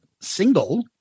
single